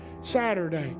Saturday